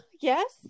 yes